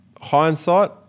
Hindsight